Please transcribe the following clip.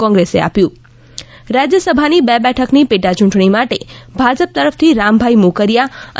કોંગ્રેસે આપ્યું રાજ્યસભાની બે બેઠક ની પેટા યૂંટણી માટે ભાજપ તરફ થી રામભાઇ મોકરિયા અને